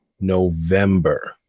November